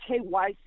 KYC